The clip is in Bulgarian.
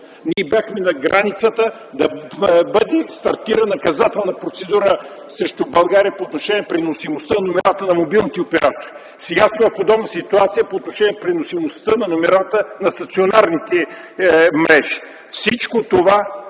Ние бяхме на границата да бъде стартирана наказателна процедура срещу България по отношение на преносимостта на номерата на мобилните оператори. Сега сме в подобна ситуация по отношение преносимостта на номерата на стационарните мрежи. Всичко това